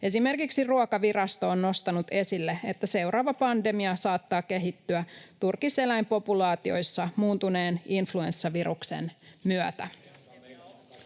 Esimerkiksi Ruokavirasto on nostanut esille, että seuraava pandemia saattaa kehittyä turkiseläinpopulaatioissa muuntuneen influenssaviruksen myötä.